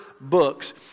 books